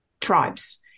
tribes